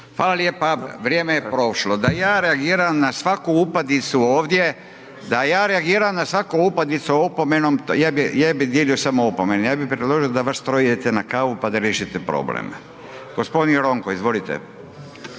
**Radin, Furio (Nezavisni)** Da ja reagiram na svaku upadicu ovdje, da ja reagiram na svaku upadicu opomenom ja bi dijelio samo opomene. Ja bi predložio da vas troje idete na kavu pa da riješite problem. Gospodin Ronko, izvolite.